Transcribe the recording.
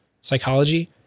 psychology